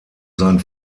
sein